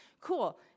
cool